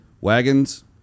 wagons